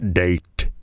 date